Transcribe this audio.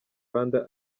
rwanda